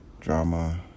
drama